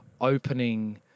opening